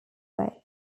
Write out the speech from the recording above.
way